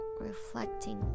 reflecting